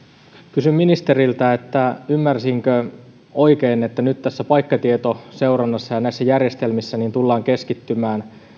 kysyn ministeriltä ymmärsinkö oikein että nyt tässä paikkatietoseurannassa ja näissä järjestelmissä tullaan keskittymään